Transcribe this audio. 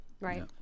Right